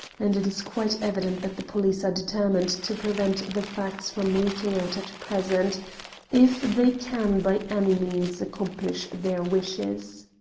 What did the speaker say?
and it is quite evident that the police are determined to prevent the facts from leaking out at present if they can by any means accomplish their wishes.